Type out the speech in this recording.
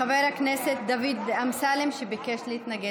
חבר הכנסת דוד אמסלם ביקש להתנגד,